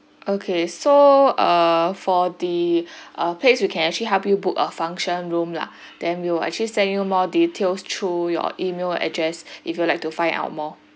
okay so uh for the uh place we can actually help you book a function room lah then we'll actually send you more details through your E-mail address if you would like to find out more